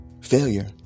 Failure